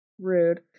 rude